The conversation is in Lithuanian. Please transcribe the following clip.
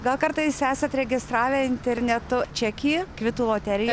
gal kartais esate registravę internetu čekį kvitų loterijoje